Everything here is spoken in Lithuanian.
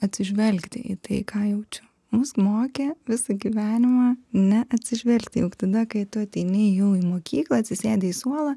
atsižvelgti į tai ką jaučia mus mokė visą gyvenimą neatsižvelgti juk tada kai tu ateini jau į mokyklą atsisėdi į suolą